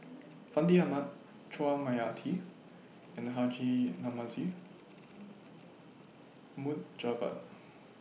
Fandi Ahmad Chua Mia Tee and Haji Namazie Mohd Javad